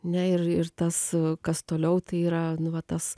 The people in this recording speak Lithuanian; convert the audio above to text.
ne ir ir tas kas toliau tai yra nu va tas